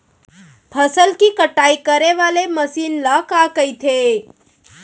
फसल की कटाई करे वाले मशीन ल का कइथे?